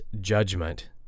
judgment